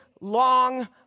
long